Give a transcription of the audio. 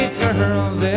girls